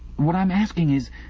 what i am asking is,